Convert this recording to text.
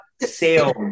sales